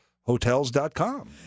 Hotels.com